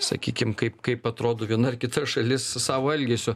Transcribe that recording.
sakykim kaip kaip atrodo viena ar kita šalis savo elgesiu